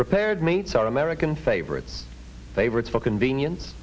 prepared meats are american favorites favorites for convenience